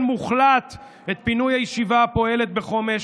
מוחלט את פינוי הישיבה הפועלת בחומש,